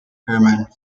hermann